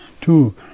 Two